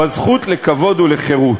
בזכות לכבוד ולחירות.